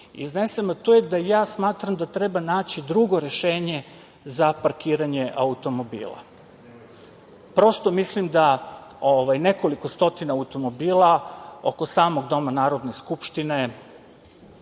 iznesem, a to je da ja smatram da treba naći drugo rešenje za parkiranje automobila. Prosto, mislim da nekoliko stotina automobila oko samog doma Narodne skupštine